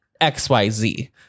XYZ